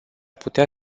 putea